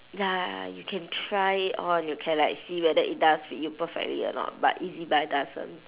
ya you can try it on you can like see whether it does fits you perfectly or not but E_Z buy doesn't